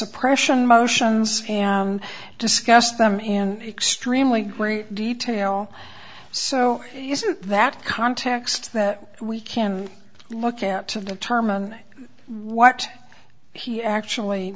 suppression motions and discuss them in extremely great detail so that context that we can look out of the term and what he actually